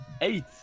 Eight